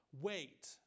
wait